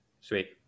Sweet